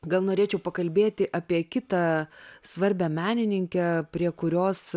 gal norėčiau pakalbėti apie kitą svarbią menininkę prie kurios